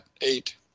eight